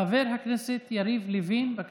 חבר הכנסת יריב לוין, בבקשה.